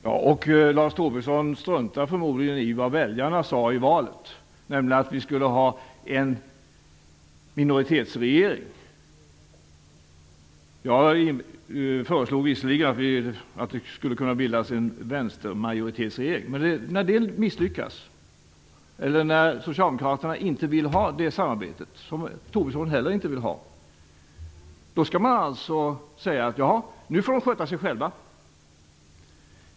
Fru talman! Lars Tobisson struntar förmodligen i vad väljarna sade i valet, nämligen att vi skulle ha en minoritetsregering. Jag föreslog visserligen att det skulle kunna bildas en vänstermajoritetsregering, men när det misslyckades eller när socialdemokraterna inte vill ha det samarbetet - som inte heller Tobisson vill ha - skall man alltså säga: Nu får de sköta sig själva.